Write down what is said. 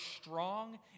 strong